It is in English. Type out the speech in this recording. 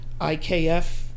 IKF